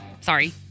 Sorry